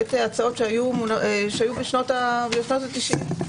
ההצעות שהיו בשנות ה-90'.